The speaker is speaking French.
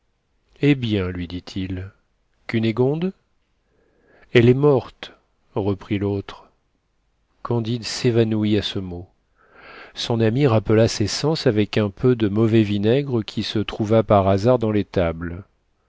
eh bien lui dit-il cunégonde elle est morte reprit l'autre candide s'évanouit à ce mot son ami rappela ses sens avec un peu de mauvais vinaigre qui se trouva par hasard dans